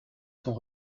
sont